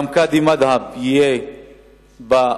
גם קאדי מד'הב יהיה בוועדה,